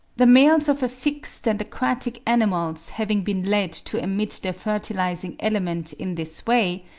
the males of affixed and aquatic animals having been led to emit their fertilising element in this way,